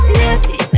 nasty